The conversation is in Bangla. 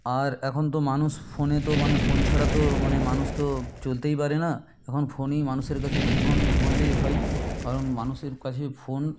আর এখন তো মানুষ ফোনে তো মানে ফোন ছাড়া তো মানে মানুষ তো চলতেই পারে না এখন ফোনই মানুষের কাছে জীবন বললেই হয় কারণ মানুষের কাছে ফোন